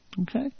Okay